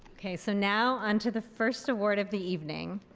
okay so now on to the first award of the evening.